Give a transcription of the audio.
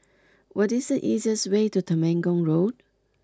what is the easiest way to Temenggong Road